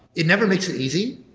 it never makes it easy,